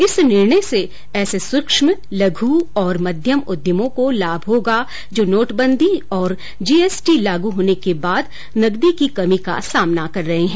इस निर्णय से ऐसे सूक्ष्म लघ् और मध्यम उद्यमों को लाभ होगा जो नोटबंदी और जीएसटी लागू होने के बाद नगदी की कमी का सामना कर रहे हैं